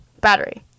battery